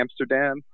Amsterdam